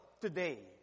today